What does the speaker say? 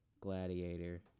Gladiator